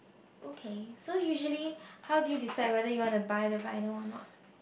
okay so usually how do you decide whether you want to buy the vinyl or not